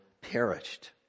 perished